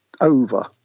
over